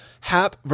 Hap